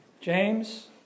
James